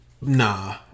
Nah